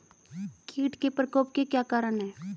कीट के प्रकोप के क्या कारण हैं?